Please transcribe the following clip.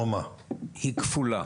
היא כפולה.